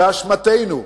באשמתנו.